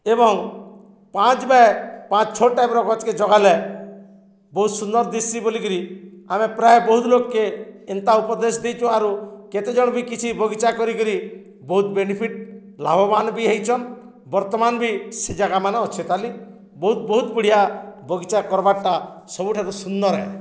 ଏବଂ ପାଞ୍ଚ୍ ବାଏ ପାଞ୍ଚ୍ ଛଅ ଟାଇପ୍ର ଗଛ୍କେ ଜଗାଲେ ବହୁତ୍ ସୁନ୍ଦର୍ ଦିଶି ବୋଲିକିରି ଆମେ ପ୍ରାୟ ବହୁତ୍ ଲୋକ୍କେ ଏନ୍ତା ଉପଦେଶ୍ ଦେଇଚୁ ଆରୁ କେତେ ଜଣ ବି କିଛି ବଗିଚା କରିକିରି ବହୁତ୍ ବେନିଫିଟ୍ ଲାଭବାନ୍ ବି ହେଇଚନ୍ ବର୍ତ୍ତମାନ୍ ବି ସେ ଜାଗାମାନେ ଅଛେ ତାଲି ବହୁତ୍ ବହୁତ୍ ବଢ଼ିଆ ବଗିଚା କର୍ବାର୍ଟା ସବୁଠାରୁ ସୁନ୍ଦର୍ ଏ